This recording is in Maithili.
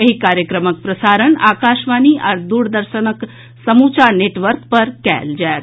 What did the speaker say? एहि कार्यक्रमक प्रसारण आकाशवाणी आ द्रदर्शनक संपूर्ण नेटवर्क पर कयल जायत